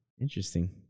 Interesting